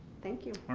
thank you.